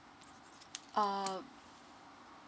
uh